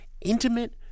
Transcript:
intimate